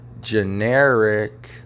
generic